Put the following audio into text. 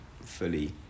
fully